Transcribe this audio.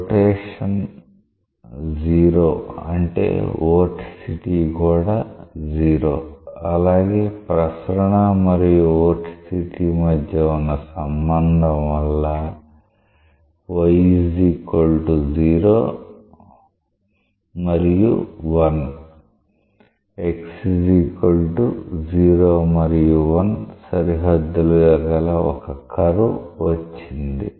rotation 0 అంటే vorticity కూడా 0 అలాగే ప్రసరణ మరియు వొర్టిసిటీ మధ్య వున్న సంబంధం వల్ల y 0 మరియు 1 x 0 మరియు 1 సరిహద్దులుగా కల ఒక కర్వ్ వచ్చింది